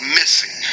missing